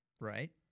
Right